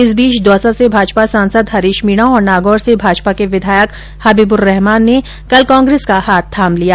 इस बीच दौसा से भाजपा सांसद हरीष मीणा और नागौर से भाजपा के विधायक हबिबुर्रहमान ने कल कोंग्रेस का हाथ थाम लिया